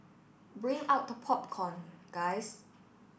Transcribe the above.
bring out the popcorn guys